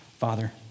Father